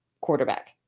quarterback